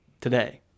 today